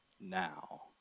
now